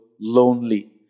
lonely